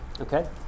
okay